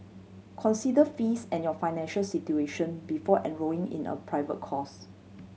consider fees and your financial situation before enrolling in a private course